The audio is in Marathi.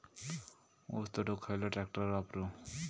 ऊस तोडुक खयलो ट्रॅक्टर वापरू?